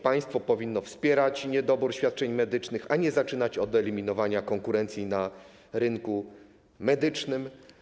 Państwo powinno wspierać niedobór świadczeń medycznych, a nie zaczynać od eliminowania konkurencji na rynku medycznym.